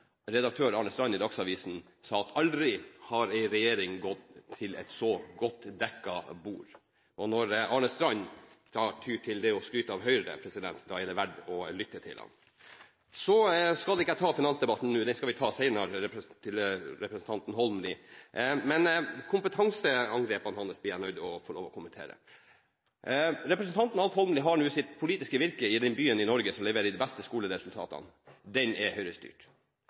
Dagsavisen, Arne Strand, sa at aldri har en regjering gått til et så godt dekket bord. Når Arne Strand tyr til å skryte av Høyre, da er det verd å lytte til ham. Til representanten Holmelid: Jeg skal ikke ta finansdebatten nå, den skal vi ta senere. Men jeg må kommentere angrepene hans som gjaldt kompetanse. Representanten Alf Egil Holmelid har sitt politiske virke i den byen i Norge som leverer de beste skoleresultatene. Den byen er